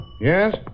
Yes